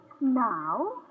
Now